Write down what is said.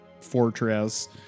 fortress